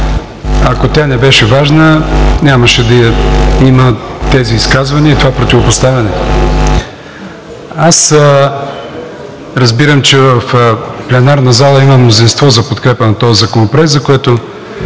Ако тя не беше важна, нямаше да има тези изказвания и това противопоставяне. Аз разбирам, че в пленарната зала има мнозинство за подкрепа на този законопроект, за което